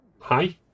hi